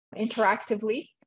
interactively